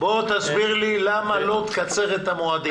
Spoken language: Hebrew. תסביר לי למה לא תקצר את המועדים.